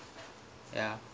ya